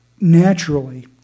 Naturally